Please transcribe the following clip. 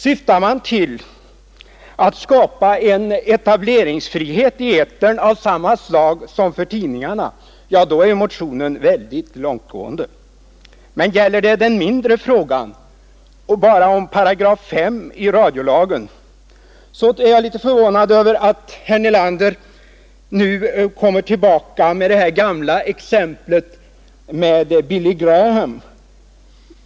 Syftar motionärerna till att skapa en etableringsfrihet i etern av samma slag som etableringsfriheten för tidningarna — ja, då är motionen väldigt långtgående. Men gäller det bara den mindre frågan om 5 8 i radiolagen är jag litet förvånad över att herr Nelander nu kommer tillbaka med det här gamla exemplet med Billy Graham.